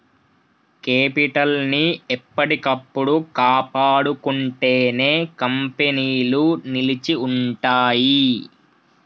capital ని ఎప్పటికప్పుడు కాపాడుకుంటేనే కంపెనీలు నిలిచి ఉంటయ్యి